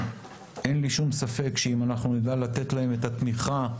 אין לי שום ספק שאם אנחנו נדע לתת להם את התמיכה,